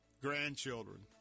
grandchildren